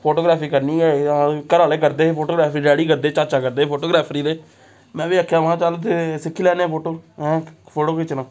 photography करनी ऐ घरै आह्ले करदे हे फोटोग्राफी डैडी करदे ह चाचा करदे हे फोटोग्राफरी ते में बी आखेआ महां चल ते सिक्खी लैन्ने फोटो ऐं फोटो खिच्चना